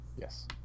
yes